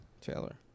Taylor